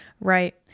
right